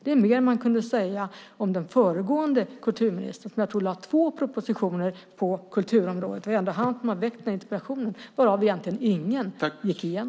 Det är mer än man kunde säga om den föregående kulturministern, som jag tror lade fram två propositioner på kulturområdet, varav egentligen ingen gick igenom. Det är ändå han som har ställt denna interpellation.